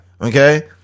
Okay